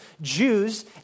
Jews